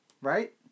Right